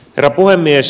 herra puhemies